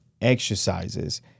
exercises